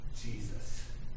Jesus